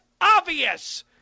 obvious